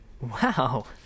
Wow